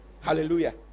Hallelujah